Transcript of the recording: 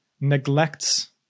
neglects